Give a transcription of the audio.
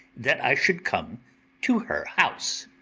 that i should come to her house